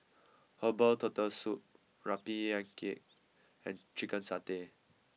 Herbal Turtle Soup Rempeyek and Chicken Satay